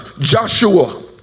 Joshua